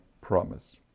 promise